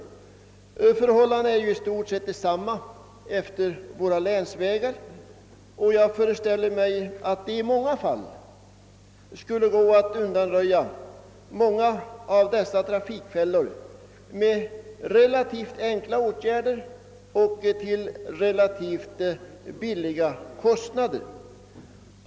Förhållandena är i stort sett desamma utefter våra länsvägar och bygdevägar, jag föreställer mig att det i många fall skulle gå att undanröja dessa trafikfällor med relativt enkla åtgärder och till relativt låga kostnader.